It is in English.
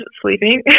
sleeping